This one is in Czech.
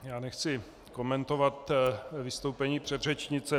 Já nechci komentovat vystoupení předřečnice.